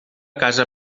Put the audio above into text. casa